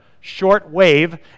short-wave